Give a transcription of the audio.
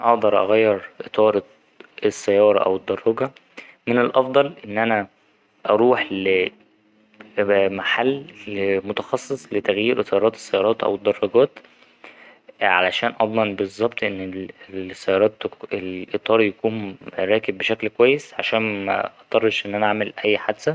أقدر أغير إطار السيارة أو الدراجة من الأفضل إن أنا أروح لـ ـ لمحل متخصص لتغيير إطارات السيارات أو الدراجات عشان أضمن بالظبط إن الإطار يكون راكب بشكل كويس عشان مضطرش إن أنا أعمل أي حادثة.